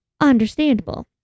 understandable